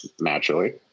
Naturally